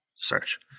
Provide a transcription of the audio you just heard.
search